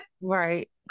right